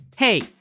Hey